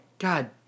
God